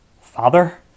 Father